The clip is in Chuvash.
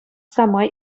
самай